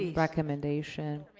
yeah recommendation.